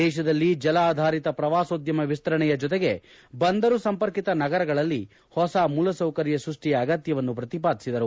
ದೇಶದಲ್ಲಿ ಜಲ ಆಧಾರಿತ ಪ್ರವಾಸೋದ್ಯಮ ವಿಸ್ತರಣೆಯ ಜೊತೆಗೆ ಬಂದರು ಸಂಪರ್ಕಿತ ನಗರಗಳಲ್ಲಿ ಹೊಸ ಮೂಲಸೌಕರ್ಯ ಸೃಷ್ಟಿಯ ಅಗತ್ಯ ಪ್ರತಿಪಾದಿಸಿದರು